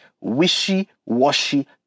wishy-washy